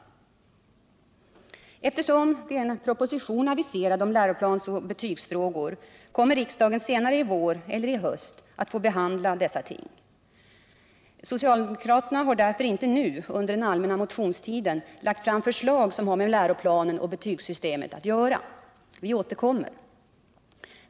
Eftersom en proposition är aviserad om läroplansoch betygsfrågor kommer riksdagen senare i vår eller i höst att få behandla dessa ting. Socialdemokraterna har därför inte nu, under den allmänna motionstiden, lagt fram förslag som har med läroplanen och betygssystemet att göra. Vi återkommer.